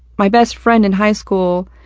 my best friend in high school,